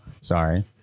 Sorry